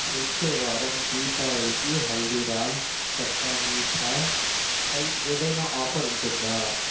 వచ్చేవారం దీపావళికి హల్దీరామ్స్ కట్టా మీఠా పై ఏదైనా ఆఫర్ ఉంటుందా